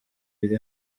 iri